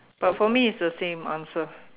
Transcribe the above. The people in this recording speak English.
but for me it's the same answer